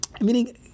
meaning